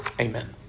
Amen